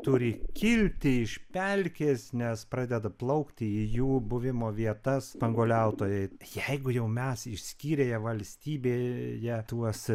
turi kilti iš pelkės nes pradeda plaukti į jų buvimo vietas spanguoliautojai jeigu jau mes išskyrėme valstybė ją tuos